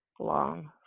long